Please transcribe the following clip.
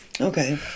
Okay